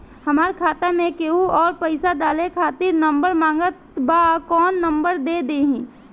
हमार खाता मे केहु आउर पैसा डाले खातिर नंबर मांगत् बा कौन नंबर दे दिही?